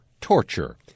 torture